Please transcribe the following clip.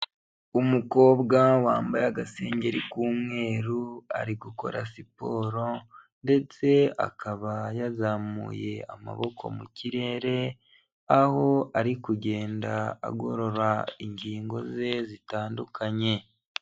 Umukobwa wambaye agasengeri k'umweru ari gukora siporo ndetse akaba yazamuye amaboko mu kirere, aho ari kugenda agorora ingingo ze zitandukanye.